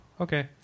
Okay